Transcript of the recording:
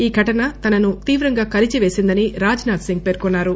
ఈ ఘటన తనను తీవ్రంగా కలిచిపేసిందని రాజ్ నాథ్ సింగ్ పేర్కొన్నారు